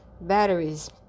batteries